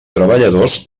treballadors